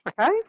Okay